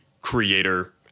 creator